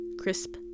crisp